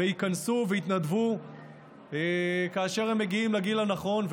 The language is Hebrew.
וייכנסו ויתנדבו כאשר הם מגיעים לגיל הנכון.